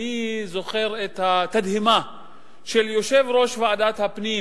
אני זוכר את התדהמה של יושב-ראש ועדת הפנים